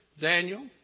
Daniel